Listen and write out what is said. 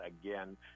again